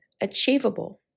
Achievable